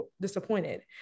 disappointed